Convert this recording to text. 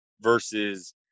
versus